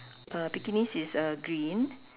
uh bikinis is uh green